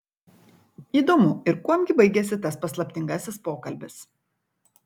įdomu ir kuom gi baigėsi tas paslaptingasis pokalbis